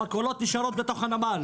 המכולות נשארות בתוך הנמל.